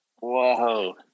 whoa